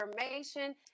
information